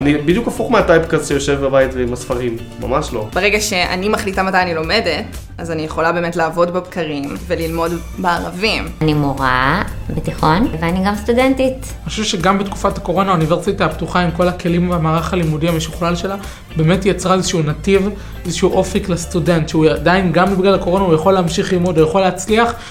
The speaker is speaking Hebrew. אני בדיוק הפוך מהטייפקס שיושב בבית ועם הספרים, ממש לא. ברגע שאני מחליטה מתי אני לומדת, אז אני יכולה באמת לעבוד בבקרים וללמוד בערבים. אני מורה בתיכון ואני גם סטודנטית. אני חושב שגם בתקופת הקורונה האוניברסיטה הפתוחה עם כל הכלים והמערך הלימודי המשוכלל שלה, באמת יצרה איזשהו נתיב, איזשהו אופק לסטודנט שהוא עדיין גם בגלל הקורונה הוא יכול להמשיך ללמוד, הוא יכול להצליח